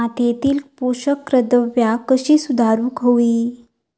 मातीयेतली पोषकद्रव्या कशी सुधारुक होई?